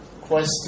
question